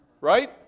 Right